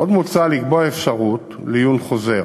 עוד מוצע לקבוע אפשרות לעיון חוזר,